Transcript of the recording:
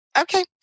Okay